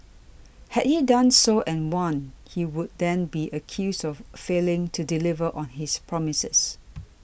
had he done so and won he would then be accused of failing to deliver on his promises